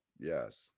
Yes